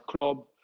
club